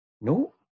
No